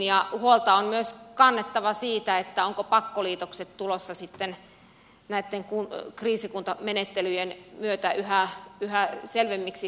huolta on myös kannettava siitä ovatko pakkoliitokset tulossa sitten näitten kriisikuntamenettelyjen yhä selvemmiksi vaihtoehdoiksi